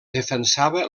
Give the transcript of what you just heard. defensava